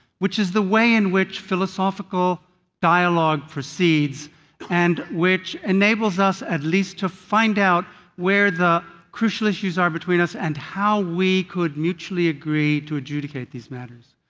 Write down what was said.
which is the way in which philosophical dialogue proceeds and which enables us at least to find out where the crucial issues are between us and how we could mutually agree to adjudicate these matters.